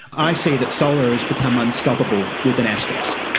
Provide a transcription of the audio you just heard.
i see that solar has become unstoppable, with an asterisk.